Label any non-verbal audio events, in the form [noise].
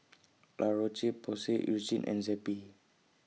[noise] La Roche Porsay Eucerin and Zappy